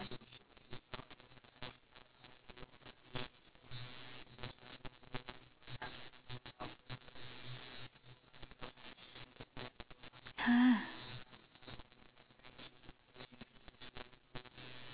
!huh!